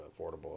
affordable